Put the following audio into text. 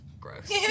Gross